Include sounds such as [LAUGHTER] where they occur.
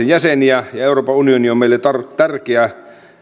[UNINTELLIGIBLE] jäseniä ja euroopan unioni on meille tärkeä